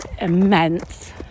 immense